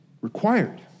required